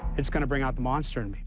it's gonna bring out the monster in me.